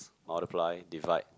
multiply divide